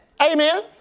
Amen